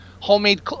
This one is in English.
homemade